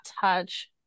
touch